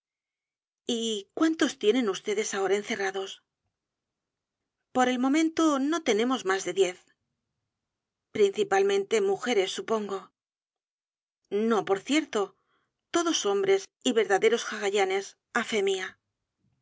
y cuántos tienen vds ahora encerrados por el momento no tenemos más de principalmente mujeres supongo no por cierto todos hombres y verdaderos